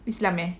islam eh